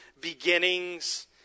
beginnings